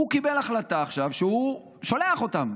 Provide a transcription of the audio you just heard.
והוא קיבל עכשיו החלטה שהוא שולח אותם.